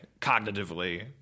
cognitively